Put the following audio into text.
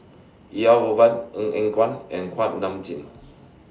Elangovan Ong Eng Guan and Kuak Nam Jin